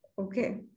okay